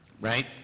right